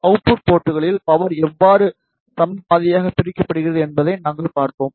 output போர்ட்களில் power எவ்வாறு சம பாதியாக பிரிக்கப்படுகிறது என்பதை நாங்கள் பார்த்தோம்